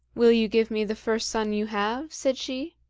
will you give me the first son you have? said she.